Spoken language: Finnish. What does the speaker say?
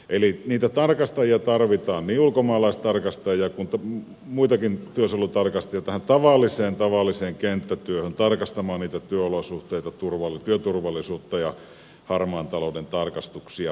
eli niitä tarkastajia tarvitaan niin ulkomaalaistarkastajia kuin muitakin työsuojelutarkastajia tähän tavalliseen tavalliseen kenttätyöhön tarkastamaan niitä työolosuhteita työturvallisuutta ja harmaan talouden tarkastuksia